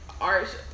art